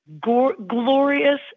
glorious